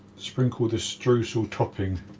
sprinkle the streusel topping